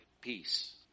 peace